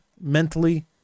mentally